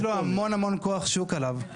יש לו המון המון כוח שוק עליו.